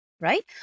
right